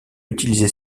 utiliser